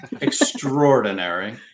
Extraordinary